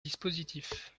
dispositif